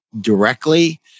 directly